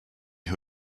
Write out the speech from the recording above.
who